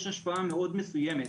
יש השפעה מאוד מסוימת,